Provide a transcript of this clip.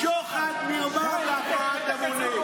שוחד, מרמה והפרת אמונים.